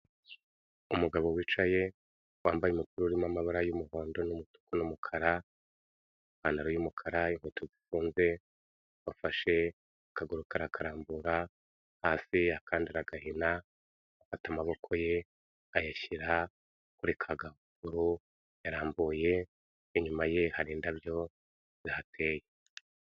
Umugabo wicaye, wambaye umupira urimo amabara y'umuhondo n'umutuku n'umukara, ipantaro y'umukara, inkweto zifunze, wafashe akaguru ke arakarambura hasi, akandi aragahina, afata amaboko ye ayashyira kuri ka kaguru yarambuye, inyuma ye hari indabyo zihateye.